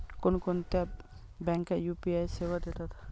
कोणकोणत्या बँका यू.पी.आय सेवा देतात?